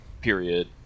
period